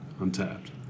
Untapped